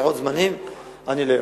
ולכן אני לא יכול.